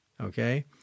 okay